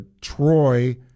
Troy